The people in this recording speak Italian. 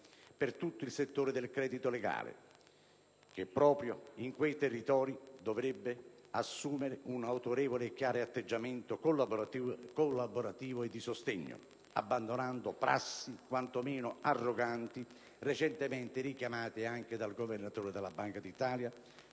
a tutto il settore del credito legale, che proprio in quei territori dovrebbe assumere un autorevole e chiaro atteggiamento collaborativo e di sostegno, abbandonando prassi quantomeno arroganti, recentemente richiamate anche dal Governatore della Banca d'Italia,